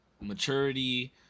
maturity